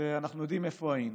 אנחנו יודעים איפה היינו.